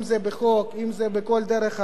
אם זה בחוק או בכל דרך אחרת.